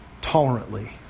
tolerantly